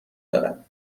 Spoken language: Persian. دارد